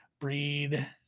Breed